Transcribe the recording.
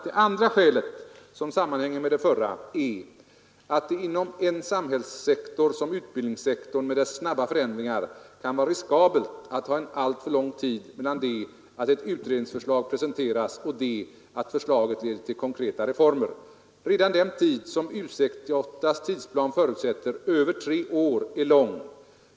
Det andra skälet — som sammanhänger med det förra — är att det inom en samhällsfaktor som utbildningssektorn med dess snabba förändringar kan vara riskabelt att ha en alltför lång tid mellan det att ett utredningsförslag presenteras och det att förslaget leder till konkreta reformer. Redan den tid som U 68 tidsplan förutsätter, över tre år, är lång.